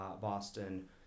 Boston